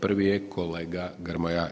Prvi je kolega Grmoja.